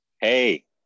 Hey